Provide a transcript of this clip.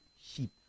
sheep